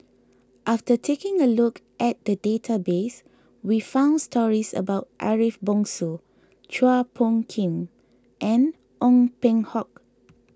after taking a look at the database we found stories about Ariff Bongso Chua Phung Kim and Ong Peng Hock